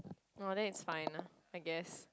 no that is fine lah I guess